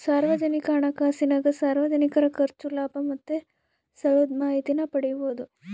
ಸಾರ್ವಜನಿಕ ಹಣಕಾಸಿನಾಗ ಸಾರ್ವಜನಿಕರ ಖರ್ಚು, ಲಾಭ ಮತ್ತೆ ಸಾಲುದ್ ಮಾಹಿತೀನ ಪಡೀಬೋದು